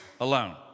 alone